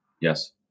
yes